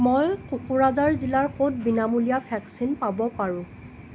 মই কোকৰাঝাৰ জিলাৰ ক'ত বিনামূলীয়া ভেকচিন পাব পাৰোঁ